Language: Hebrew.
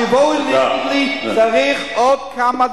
שיבואו ויגידו לי צריך עוד כמה,